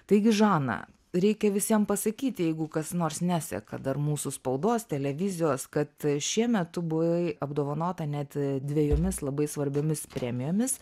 taigi žana reikia visiem pasakyti jeigu kas nors neseka dar mūsų spaudos televizijos kad šiemet tu buvai apdovanota net dvejomis labai svarbiomis premijomis